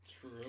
True